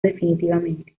definitivamente